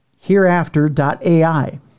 Hereafter.ai